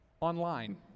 Online